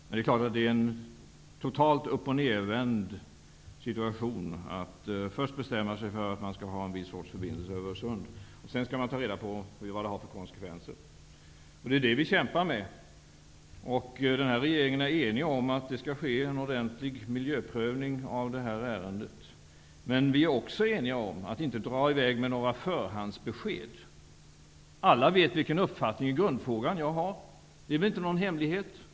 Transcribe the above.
Men det är klart att det är en totalt uppochnedvänd situation att först bestämma sig för att ha en viss sorts förbindelse över Öresund, och att man sedan skall ta reda på vad den får för konsekvenser. Det är detta som vi kämpar med. Regeringen är enig om att en ordentlig miljöprövning av det här ärendet skall ske. Men vi är också eniga om att vi inte skall dra i väg med några förhandsbesked. Alla vet vilken uppfattning jag har i grundfrågan. Detta är inte någon hemlighet.